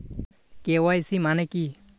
KYC মানে কী?